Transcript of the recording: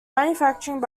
manufacturing